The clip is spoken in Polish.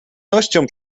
nością